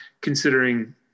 considering